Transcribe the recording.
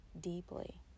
deeply